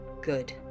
Good